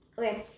Okay